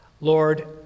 Lord